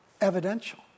Evidential